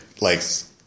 likes